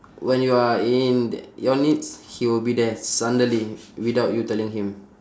when you are in your needs he will be there suddenly without you telling him